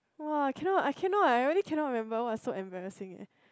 !wah! I cannot I cannot I really cannot remember what is so embarrassing eh